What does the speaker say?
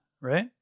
right